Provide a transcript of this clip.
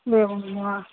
एवं वा